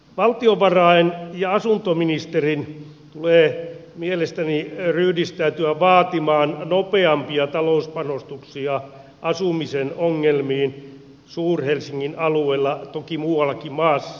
valtiovarain ja asuntoministerin tulee mielestäni ryhdistäytyä vaatimaan nopeampia talouspanostuksia asumisen ongelmiin suur helsingin alueella toki muuallakin maassa